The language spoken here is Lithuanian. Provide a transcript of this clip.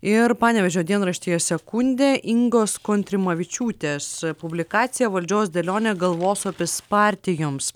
ir panevėžio dienraštyje sekundė ingos kontrimavičiūtės publikacija valdžios dėlionė galvosopis partijoms